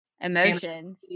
emotions